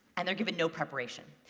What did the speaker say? and they are given no preparation.